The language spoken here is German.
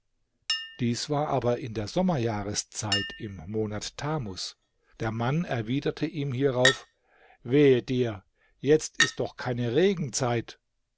dies war aber in der sommerjahreszeit im monat tamus der mann erwiderte ihm hierauf wehe dir jetzt ist doch keine regenzeit